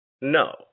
no